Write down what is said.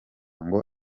ngo